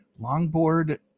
Longboard